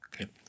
Okay